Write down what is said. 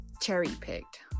cherry-picked